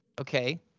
okay